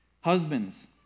Husbands